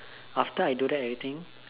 after I do that everything